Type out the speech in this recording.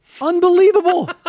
Unbelievable